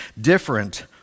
different